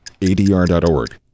ADR.org